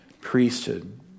priesthood